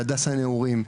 הדס הנעורים,